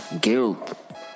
guilt